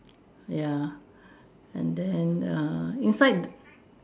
ya and then err inside